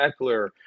Eckler